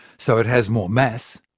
so it has more mass,